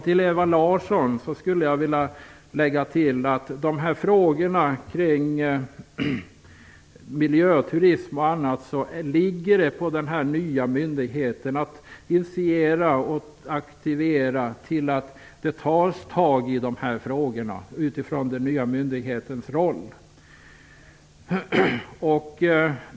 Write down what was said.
Till Eva Larsson vill jag säga att det ligger på den nya myndigheten att initiera och aktivera till att det tas tag i frågorna kring miljöturism.